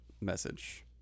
message